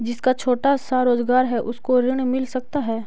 जिसका छोटा सा रोजगार है उसको ऋण मिल सकता है?